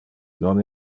non